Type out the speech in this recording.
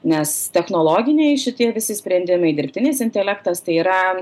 nes technologiniai šitie visi sprendimai dirbtinis intelektas tai yra